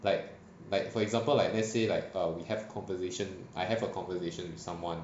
like like for example like let's say like err we have conversation I have a conversation with someone